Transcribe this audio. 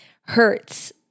hurts